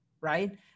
right